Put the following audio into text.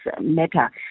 matter